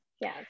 Yes